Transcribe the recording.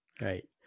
right